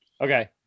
Okay